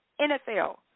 NFL